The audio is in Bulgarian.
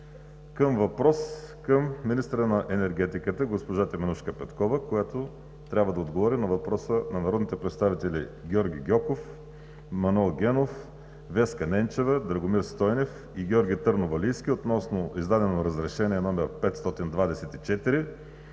към въпрос към министъра на енергетиката госпожа Теменужка Петкова, която трябва да отговори на въпроса на народните представители Георги Гьоков, Манол Генов, Веска Ненчева, Драгомир Стойнев и Георги Търновалийски относно издадено Разрешение № 524